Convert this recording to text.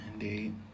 Indeed